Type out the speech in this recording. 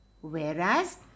whereas